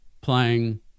playing